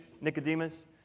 Nicodemus